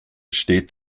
steht